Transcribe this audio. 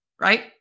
right